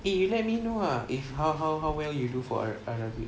eh you let me know ah how how how well you do for arabic